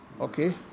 okay